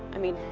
i mean,